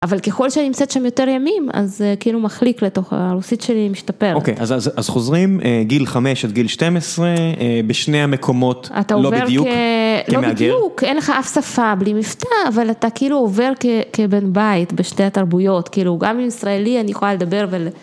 אבל ככל שאני נמצאת שם יותר ימים, אז כאילו מחליק לתוך, הרוסית שלי משתפרת. אוקיי, אז חוזרים גיל 5 עד גיל 12, בשני המקומות, לא בדיוק כמהגר. לא בדיוק, אין לך אף שפה בלי מבטא, אבל אתה כאילו עובר כבן בית בשתי התרבויות, כאילו גם עם ישראלי אני יכולה לדבר ו...